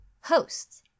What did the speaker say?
Hosts